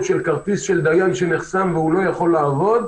של כרטיס של דיין שנחסם והוא לא יכול לעבוד.